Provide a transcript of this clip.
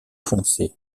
foncé